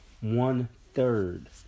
one-third